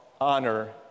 honor